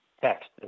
text